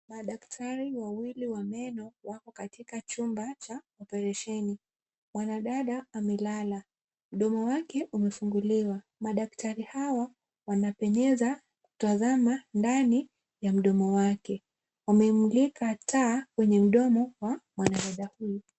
Madaktari wawili wa meno wako katika chumba cha oparesheni . Mwanadada amelala. Mdomo wake umefunguliwa. Madaktari hawa wanapenyeza kutazama ndani ya mdomo wake. Wamemulika taa kwenye mdomo wa mwanadada huyu.